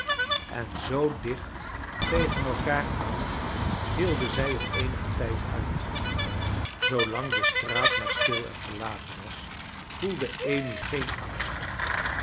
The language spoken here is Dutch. en zoo dicht tegen elkander aan hielden zij het eenigen tijd uit zoolang de straat maar stil en verlaten was voelde amy geen angst